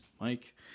Mike